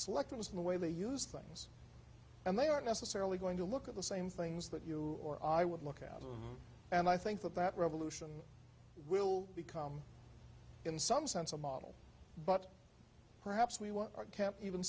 selected us in the way they use things and they aren't necessarily going to look at the same things that you or i would look out and i think that that revolution will become in some sense a model but perhaps we won't or can't even